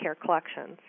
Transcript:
collections